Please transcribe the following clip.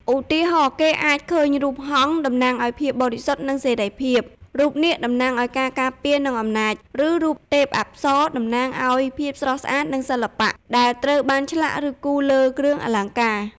ឧទាហរណ៍ គេអាចឃើញរូបហង្ស (តំណាងឱ្យភាពបរិសុទ្ធ និងសេរីភាព) រូបនាគ (តំណាងឱ្យការការពារ និងអំណាច) ឬរូបទេពអប្សរ (តំណាងឱ្យភាពស្រស់ស្អាត និងសិល្បៈ) ដែលត្រូវបានឆ្លាក់ ឬគូរលើគ្រឿងអលង្ការ។